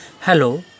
hello